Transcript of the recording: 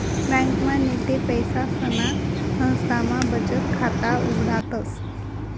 ब्यांकमा नैते पैसासना संस्थामा बचत खाता उघाडतस